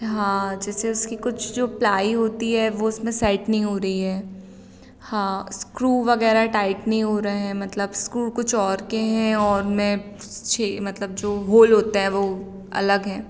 हाँ जैसे उसकी कुछ जो प्लाई होती है वह उसमें सैट नहीं हो रही है हाँ स्क्रू वग़ैरह टाइट नहीं हो रहे हैं मलतब स्क्रू कुछ और के हैं और उनमें छः मतलब जो होल होता हैं व अलग हैं